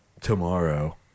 Tomorrow